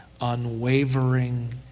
unwavering